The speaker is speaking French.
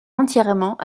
entièrement